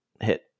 hit